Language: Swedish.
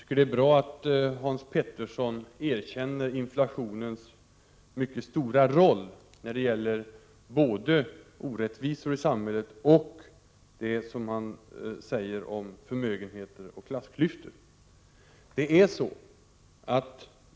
Herr talman! Jag tycker att det är bra att Hans Petersson i Hallstahammar erkänner inflationens mycket stora roll både när det gäller orättvisor i samhället och, som han säger, när det gäller förmögenheter och klassklyftor.